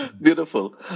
beautiful